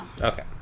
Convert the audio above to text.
Okay